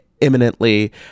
imminently